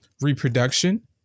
reproduction